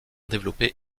développé